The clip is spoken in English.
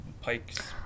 Pikes